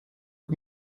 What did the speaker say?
het